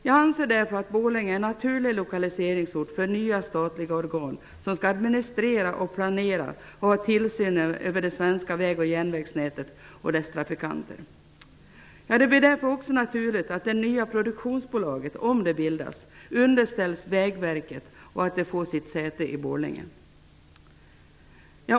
Jag anser därför att Borlänge är en naturlig lokaliseringsort för nya statliga organ som skall administrera, planera och ha tillsynen över det svenska väg och järnvägsnätet och dess trafikanter. Det är också naturligt att det nya produktionsbolaget -- om det bildas -- underställs Vägverket och att det får sitt säte i Borlänge.